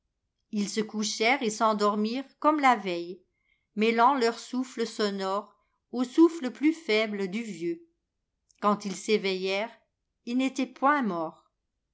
ils se couchèrent et s'endormirent comme la veille mêlant leurs souffles sonores au souffle plus faible du vieux quand ils s'éveillèrent il n'était point mort